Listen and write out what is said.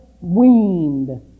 weaned